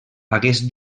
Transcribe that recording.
hagués